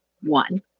one